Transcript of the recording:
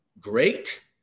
great